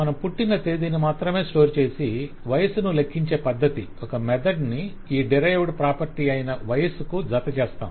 మనం పుట్టిన తేదీని మాత్రం స్టోర్ చేసి వయస్సు ను లెక్కించే ఒక పద్దతిని ఈ డిరైవుడ్ ప్రాపర్టీ అయిన వయస్సు కు జత చేస్తాము